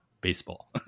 baseball